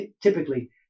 typically